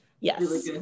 Yes